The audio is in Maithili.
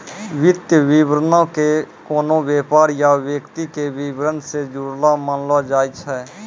वित्तीय विवरणो के कोनो व्यापार या व्यक्ति के विबरण से जुड़लो मानलो जाय छै